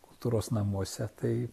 kultūros namuose tai